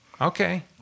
Okay